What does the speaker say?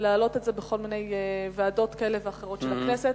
להעלות את זה בכל מיני ועדות כאלה ואחרות של הכנסת,